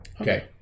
Okay